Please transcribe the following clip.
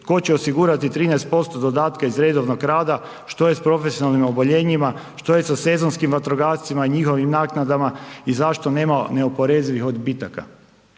Tko će osigurati 13% dodatka iz redovnog rada, što je s profesionalnim oboljenjima, što je sa sezonskim vatrogascima i njihovim naknadama i zašto nema neoporezivih odbitaka?